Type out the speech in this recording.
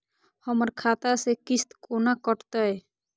हमर खाता से किस्त कोना कटतै?